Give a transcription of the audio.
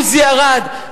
עוזי ארד,